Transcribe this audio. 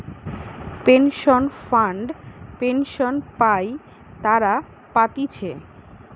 pension fund pension পাই তারা পাতিছে